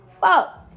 fuck